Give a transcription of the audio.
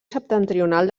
septentrional